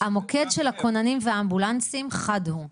המוקד של הכוננים והאמבולנסים אחד הוא,